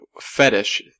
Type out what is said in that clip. fetish